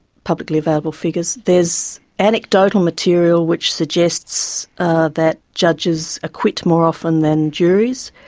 publicly available figures. there's anecdotal material which suggests ah that judges acquit more often than juries.